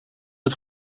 het